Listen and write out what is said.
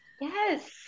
Yes